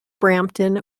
brampton